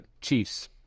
Chiefs